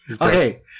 Okay